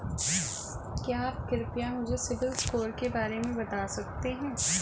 क्या आप कृपया मुझे सिबिल स्कोर के बारे में बता सकते हैं?